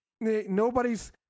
nobody's